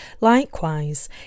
Likewise